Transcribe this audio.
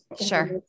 Sure